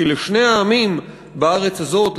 כי לשני העמים בארץ הזאת,